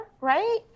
right